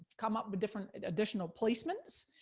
come up with different additional placements,